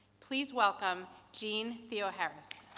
please welcome jeanne theoharis.